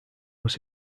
was